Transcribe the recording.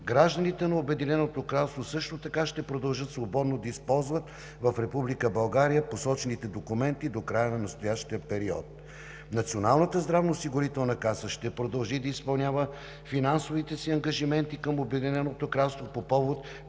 Гражданите на Обединеното кралство също така ще продължат свободно да използват в Република България посочените документи до края на настоящия период. Националната здравноосигурителна каса ще продължи да изпълнява финансовите си ангажименти към Обединеното кралство по повод